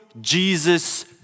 Jesus